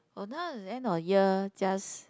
or now the end of year just